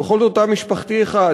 זה בכל זאת תא משפחתי אחד,